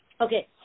Okay